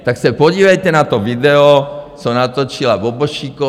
Tak se podívejte na to video, co natočila Bobošíková.